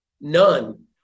None